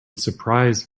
surprise